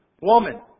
Woman